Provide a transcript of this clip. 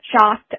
shocked